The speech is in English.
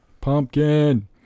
Pumpkin